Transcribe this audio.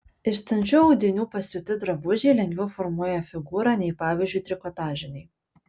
iš standžių audinių pasiūti drabužiai lengviau formuoja figūrą nei pavyzdžiui trikotažiniai